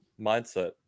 mindset